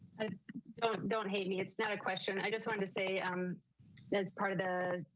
i don't and don't hate me. it's not a question. i just wanted to say i'm as part of the